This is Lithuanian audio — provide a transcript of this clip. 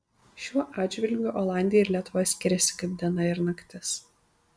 šiuo atžvilgiu olandija ir lietuva skiriasi kaip diena ir naktis